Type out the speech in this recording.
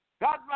God